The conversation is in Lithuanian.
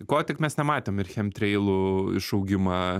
ko tik mes nematėm ir chemtreilų išaugimą